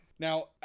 Now